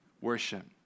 worship